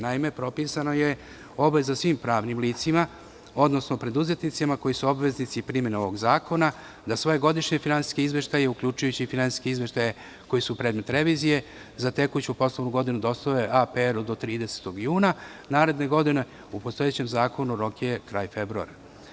Naime, propisana je obaveza svim pravnim licima, odnosno preduzetnicima koji su obveznici primene ovog zakona, da svoje godišnje finansijske izveštaje, uključujući i finansijske izveštaje koji su predmet revizije, za tekuću poslovnu godinu dostave APR do 30. juna naredne godine, u postojećem zakonu rok je kraj februara.